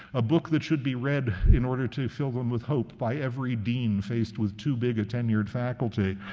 a book that should be read, in order to fill them with hope, by every dean faced with too big a tenured faculty.